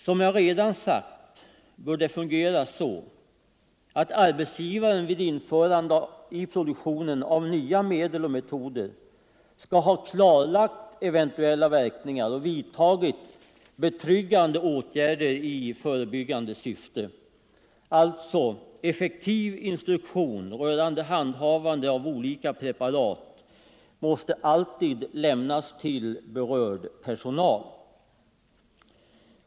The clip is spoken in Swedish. Som jag redan sagt bör arbetsgivaren vid införande i produktionen av nya medel och metoder ha klarlagt eventuella verkningar och vidtagit betryggande åtgärder i förebyggande syfte. Alltså måste effektiv instruktion rörande handhavande av olika preparat alltid lämnas till berörd personal.